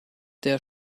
der